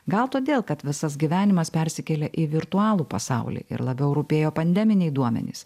gal todėl kad visas gyvenimas persikėlė į virtualų pasaulį ir labiau rūpėjo pandeminiai duomenys